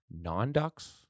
non-Ducks